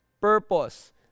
purpose